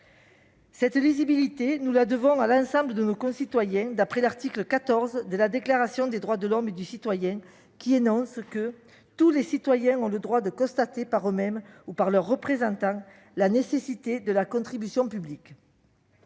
Cette lisibilité, nous la devons à l'ensemble de nos concitoyens, en vertu de l'article 14 de la Déclaration des droits de l'homme et du citoyen, qui dispose que « tous les citoyens ont le droit de constater, par eux-mêmes ou par leurs représentants, la nécessité de la contribution publique [